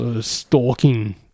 stalking